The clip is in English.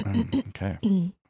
okay